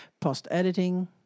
post-editing